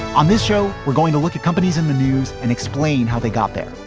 on this show, we're going to look at companies in the news and explain how they got there.